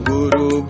Guru